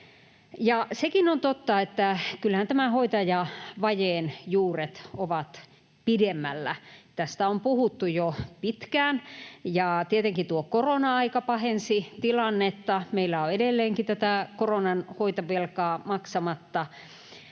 sekin on totta, että kyllähän tämän hoitajavajeen juuret ovat pidemmällä. Tästä on puhuttu jo pitkään, ja tietenkin tuo korona-aika pahensi tilannetta — meillä on edelleenkin tätä koronan hoitovelkaa maksamatta